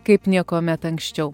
kaip niekuomet anksčiau